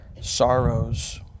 sorrows